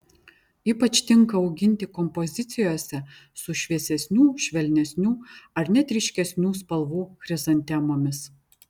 ypač tinka auginti kompozicijose su šviesesnių švelnesnių ar net ryškesnių spalvų chrizantemomis